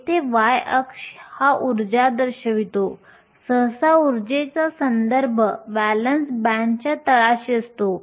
येथे y अक्ष हा ऊर्जा दर्शवितो सहसा ऊर्जेचा संदर्भ व्हॅलेन्स बँडच्या तळाशी असतो